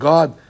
God